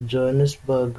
johannesburg